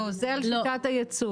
לא, זה על שיטת הייצור.